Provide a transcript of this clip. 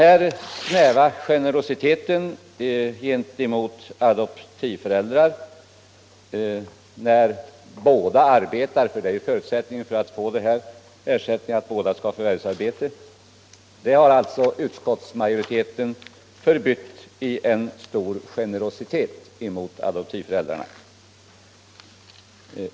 Denna ringa generositet gentemot adoptivföräldrarna — en förutsättning för att ersättning skall utgå är att båda föräldrarna förvärvsarbetar — har utskottet förbytt mot en stor generositet.